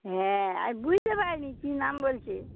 হ্যাঁ আমি বুঝতে পারি নি কি নাম বলছে